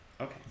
Okay